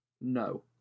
No